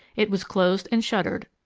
it was closed and shuttered,